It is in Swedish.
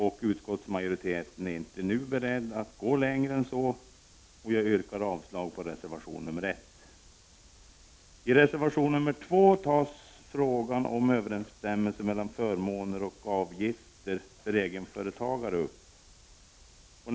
Ut skottsmajoriteten är inte nu beredd att gå längre än så. Jag yrkar därför avslag på reservation nr 1. I reservation nr 2 tas frågan om överensstämmelse mellan förmåner och avgifter för egenföretagare upp.